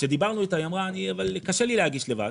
כשדיברנו איתה היא אמרה: קשה לי להגיש לבד.